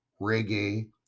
reggae